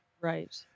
Right